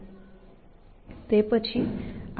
તે પછી આપણે આગામી સબ ગોલ પ્રાપ્ત કરીશું વગેરે